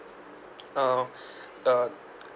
uh the